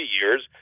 years